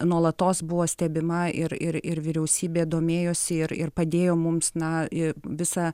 nuolatos buvo stebima ir ir vyriausybė domėjosi ir ir padėjo mums na ir visą